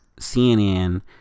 CNN